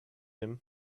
him